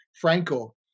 Franco